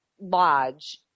lodge